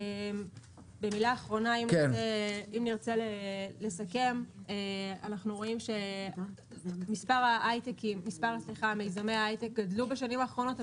אנחנו רואים שמספר מיזמי ההייטק גדלו בשנים האחרונות,